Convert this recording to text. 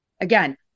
again